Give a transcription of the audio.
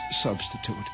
substitute